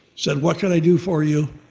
said what can i do for you?